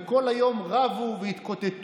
וכל היום הם רבו והתקוטטו,